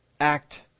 act